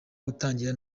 gutangira